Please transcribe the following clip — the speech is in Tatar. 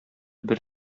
бер